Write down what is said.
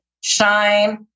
shine